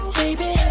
baby